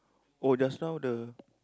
oh just now the